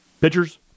pitchers